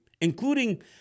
including